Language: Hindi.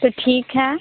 तो ठीक है